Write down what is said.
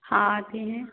हाँ आते हैं